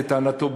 לטענתו,